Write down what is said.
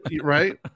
right